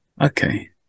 Okay